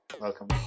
Welcome